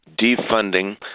defunding